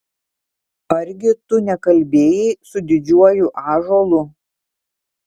argi tu nekalbėjai su didžiuoju ąžuolu